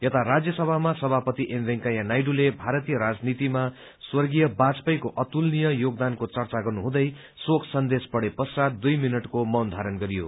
यता राज्य सभामा सभापति एम वेंकैया नाइडूले भारतीय राजनीतिमा स्वर्गीय बाजपेयीको अतुलनीय योगदानको चर्चा गर्नुहुँदै शोक सन्देश पढ़े पश्चात दुइ मिनटको मौन धारण गरियो